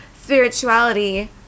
spirituality